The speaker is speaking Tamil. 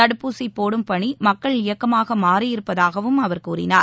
தடுப்பூசி போடும் பணி மக்கள் இயக்கமாக மாறியிருப்பதாகவும் அவர் தெரிவித்தார்